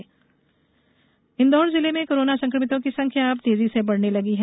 Indore corona अभियान इंदौर जिले में कोरोना संक्रमितों की संख्या अब तेजी से बढ़ने लगी है